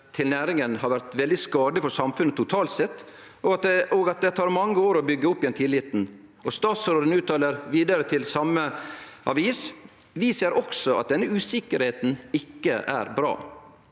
til næringa har vore veldig skadeleg for samfunnet totalt sett, og at det tek mange år å byggje opp igjen tilliten. Statsråden uttaler vidare til same avis: «Vi ser også at denne usikkerheten ikke er bra.»